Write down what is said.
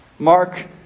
Mark